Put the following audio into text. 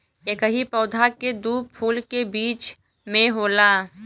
एकही पौधा के दू फूल के बीच में होला